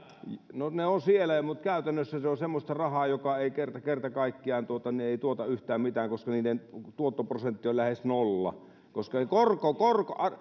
no ne ovat siellä mutta käytännössä se on semmoista rahaa joka ei kerta kerta kaikkiaan tuota yhtään mitään koska niiden tuottoprosentti on lähes nolla koska se korko